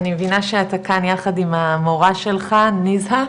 אני מבינה שאתה כאן יחד עם המורה שלך ניזהאא.